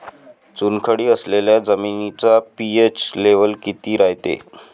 चुनखडी असलेल्या जमिनीचा पी.एच लेव्हल किती रायते?